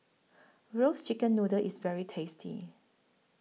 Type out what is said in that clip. Roasted Chicken Noodle IS very tasty